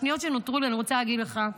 בשניות שנותרו לי, אני רוצה להגיד לך,